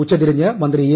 ഉച്ചതിരിഞ്ഞ് മന്ത്രി എ